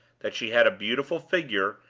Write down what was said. that she had a beautiful figure,